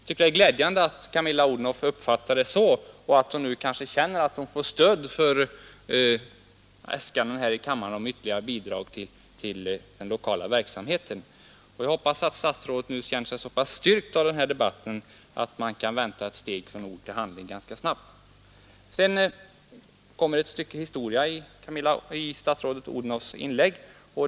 Det är glädjande att hon uppfattar det så och känner att hon får stöd för äskanden här i kammaren om ytterligare bidrag till den lokala verksamheten. Jag hoppas att statsrådet nu känner sig så pass styrkt av den här debatten att vi kan vänta oss ett steg från ord till handling ganska snabbt. Sedan lägger statsrådet Odhnoff in ett stycke historia i sitt anförande.